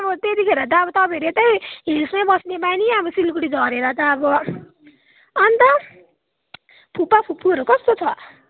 त्यतिखेर त अब तपाईँहरू त यतै हिल्समै बस्ने बानी अब सिलगढी झरेर त अब अन्त फुपा फुपूहरू कस्तो छ